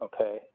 okay